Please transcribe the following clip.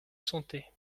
santé